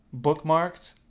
bookmarked